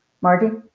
Margie